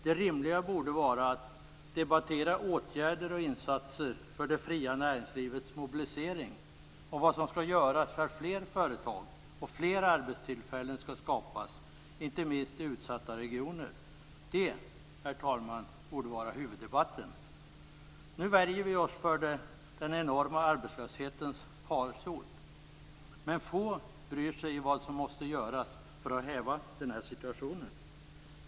Det rimliga borde vara att debattera åtgärder och insatser för det fria näringslivets mobilisering och vad som skall göras för att fler företag och fler arbetstillfällen skall skapas, inte minst i utsatta regioner. Det, herr talman, borde vara huvuddebatten. Nu värjer vi oss för den enorma arbetslöshetens farsot, men få bryr sig när det gäller vad som måste göras för att häva den här situationen.